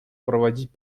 проводить